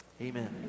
Amen